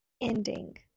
Ending